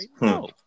No